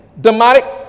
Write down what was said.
Demonic